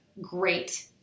great